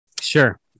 Sure